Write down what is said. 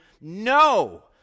no